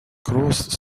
cross